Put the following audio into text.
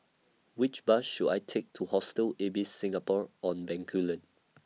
Which Bus should I Take to Hostel Ibis Singapore on Bencoolen